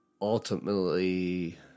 ultimately